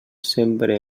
sempre